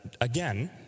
Again